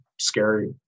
scary